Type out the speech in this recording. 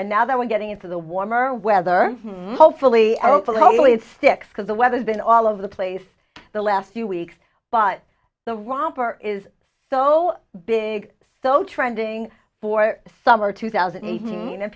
and now that we're getting into the warmer weather hopefully hopefully hopefully it sticks because the weather's been all over the place the last few weeks but the romper is so big so trending for summer two thousand and eighteen and